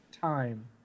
time